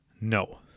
No